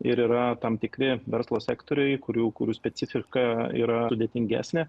ir yra tam tikri verslo sektoriai kurių kurių specifika yra sudėtingesnė